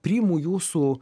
priimu jūsų